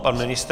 Pan ministr?